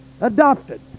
Adopted